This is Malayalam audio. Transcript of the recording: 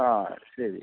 ആ ശരി